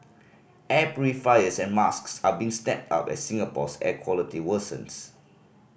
air purifiers and masks are being snapped up as Singapore's air quality worsens